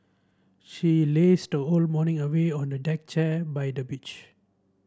she lazed the whole morning away on a deck chair by the beach